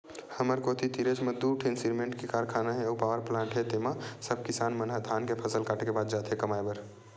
हमर कोती तीरेच म दू ठीन सिरमेंट के कारखाना हे अउ पावरप्लांट हे तेंमा सब किसान मन ह धान के फसल काटे के बाद जाथे कमाए बर